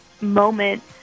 moment